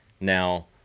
now